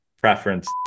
preference